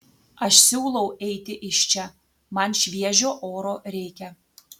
aš siūlau eiti iš čia man šviežio oro reikia